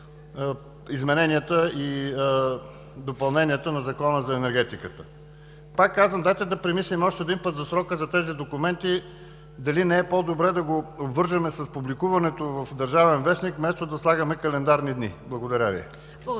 изменение и допълнение на Закона за енергетиката? Пак казвам, дайте да премислим още един път за срока за тези документи. Дали не е по-добре да го вържем с публикуването в „Държавен вестник“, вместо да слагаме календарни дни. Благодаря Ви. ПРЕДСЕДАТЕЛ